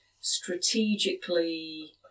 strategically